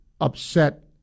upset